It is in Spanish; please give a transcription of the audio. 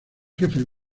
jefes